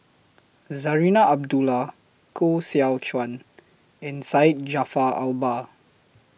Zarinah Abdullah Koh Seow Chuan and Syed Jaafar Albar